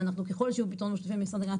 ככל שיהיו פתרונות משותפים עם המשרד להגנת